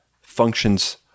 functions